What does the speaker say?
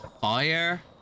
fire